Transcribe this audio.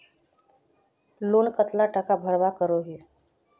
Loan कतला टाका भरवा करोही?